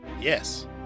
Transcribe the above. Yes